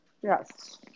Yes